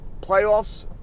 Playoffs